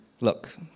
Look